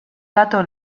gato